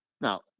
now